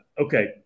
Okay